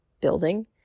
building